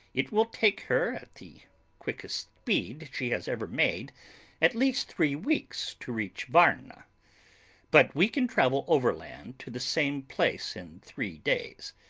it will take her at the quickest speed she has ever made at least three weeks to reach varna but we can travel overland to the same place in three days.